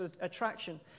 attraction